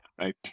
right